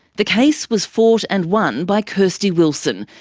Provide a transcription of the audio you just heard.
the case was fought and won by kairsty wilson,